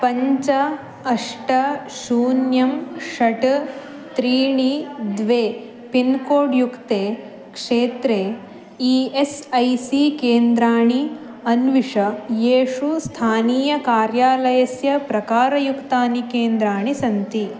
पञ्च अष्ट शून्यं षट् त्रीणि द्वे पिन्कोड् युक्ते क्षेत्रे ई एस् ऐ सी केन्द्राणि अन्विष येषु स्थानीयकार्यालयस्य प्रकारयुक्तानि केन्द्राणि सन्ति